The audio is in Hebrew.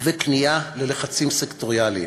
וכניעה ללחצים סקטוריאליים.